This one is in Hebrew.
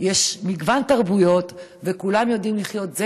יש מגוון תרבויות וכולם יודעים לחיות זה